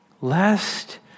lest